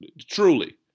truly